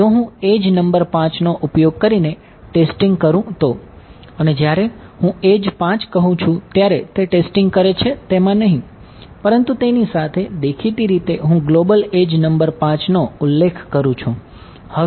જો હું edge number 5 નો ઉલ્લેખ કરું છું